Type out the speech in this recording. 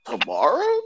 Tomorrow